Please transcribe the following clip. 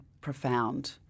profound